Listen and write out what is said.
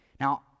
Now